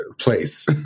place